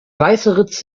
weißeritz